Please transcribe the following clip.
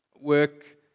work